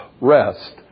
rest